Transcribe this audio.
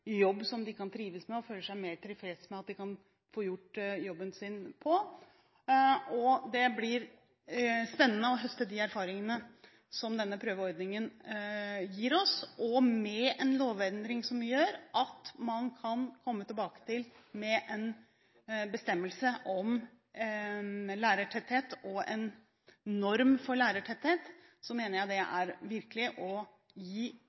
jobb som de kan trives med, og at de føler seg mer tilfreds med måten de kan få gjort jobben sin på. Det blir spennende å høste de erfaringene som denne prøveordningen gir oss. En lovendring som gjør at man kan komme tilbake med en bestemmelse om lærertetthet, en norm for lærertetthet, mener jeg virkelig er å gi